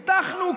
הבטחנו,